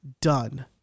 Done